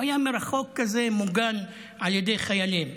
הוא היה מרחוק כזה, מוגן על ידי חיילים.